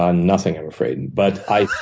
ah nothing, i'm afraid. and but i